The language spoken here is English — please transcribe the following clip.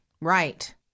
Right